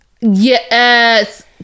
yes